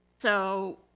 so,